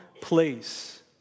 place